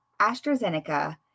AstraZeneca